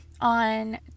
on